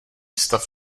stav